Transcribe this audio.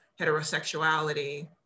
heterosexuality